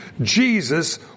Jesus